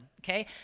okay